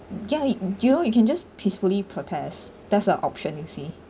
ya you know you can just peacefully protest that's an option you see